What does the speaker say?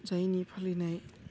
जायनि फालिनाय